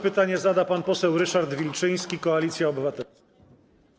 Pytanie zada pan poseł Ryszard Wilczyński, Koalicja Obywatelska.